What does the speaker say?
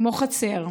כמו חצר.